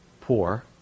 poor